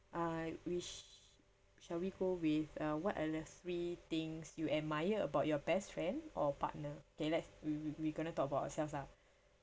uh which shall we go with uh what are these three things you admire about your best friend or partner okay let's we we we're going to talk about ourselves lah